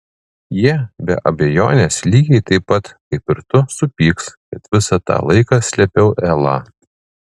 jie be abejonės lygiai taip pat kaip ir tu supyks kad visą tą laiką slėpiau elą